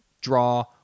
draw